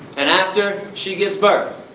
and after she gives birth,